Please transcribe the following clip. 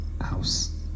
house